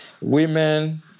women